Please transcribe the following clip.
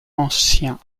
ancien